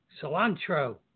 cilantro